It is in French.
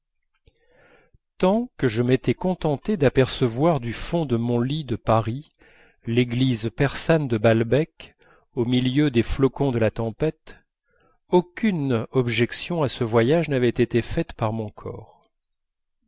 tant que je m'étais contenté d'apercevoir du fond de mon lit de paris l'église persane de balbec au milieu des flocons de la tempête aucune objection à ce voyage n'avait été faite par mon corps